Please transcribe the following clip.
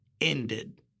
ended